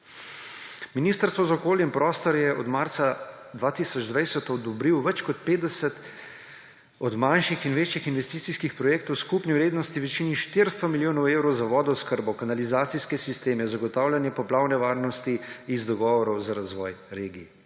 Ministrstvo za okolje in prostor je od marca 2020 odobrilo več kot 50 manjših in večjih investicijskih projektov v skupni vrednosti v višini 400 milijonov evrov za vodooskrbo, kanalizacijske sisteme, zagotavljanje poplavne varnosti iz Dogovora za razvoj regij.